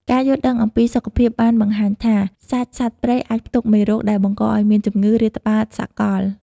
ការយល់ដឹងអំពីសុខភាពបានបង្ហាញថា សាច់សត្វព្រៃអាចផ្ទុកមេរោគដែលបង្កឱ្យមានជំងឺរាតត្បាតសកល។